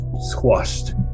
squashed